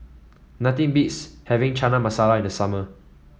nothing beats having Chana Masala in the summer